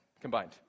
combined